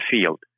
field